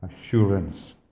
assurance